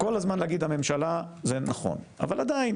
כל הזמן להגיד הממשלה, זה נכון, אבל עדיין